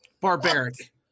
barbaric